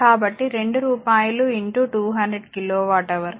కాబట్టి2 రూపాయలు 200 kilowatt hour